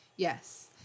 Yes